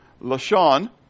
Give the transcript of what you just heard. Lashon